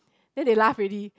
then they laugh already